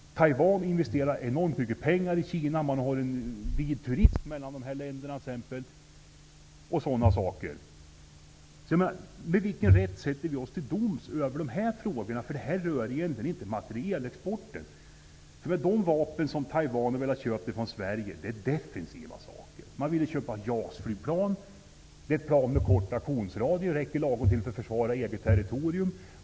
Taiwan investerar enormt mycket pengar i Kina. Man har t.ex. en vid turism mellan de här länderna. Med vilken rätt sätter vi oss till doms över de här frågorna? Det här rör egentligen inte materielexporten. De vapen som Taiwan har velat köpa från Sverige är defensiva vapen. Man ville köpa JAS-flygplan. Det är ett plan med kort aktionsradie. Det räcker lagom till för att försvara eget territorium.